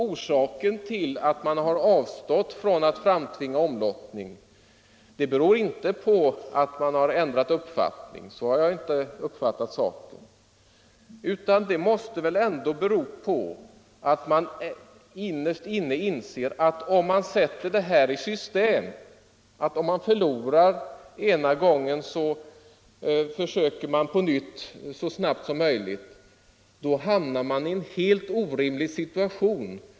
Orsaken till att man avstått från att framtvinga omlottning beror knappast på en ändrad ståndpunkt — så har jag inte uppfattat saken — utan på att man innerst inne inser att om detta sätts i system, dvs. att man försöker på nytt så snart som möjligt om man förlorat den första gången, då hamnar vi i en helt orimlig situation.